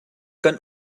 kan